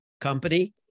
company